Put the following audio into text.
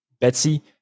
Betsy